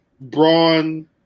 Braun –